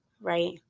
Right